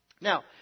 now